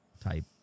type